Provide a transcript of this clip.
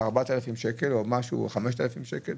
את ה-4,000 או 5,000 שקלים,